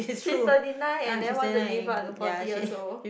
she's thirty nine and then want to live up to forty years old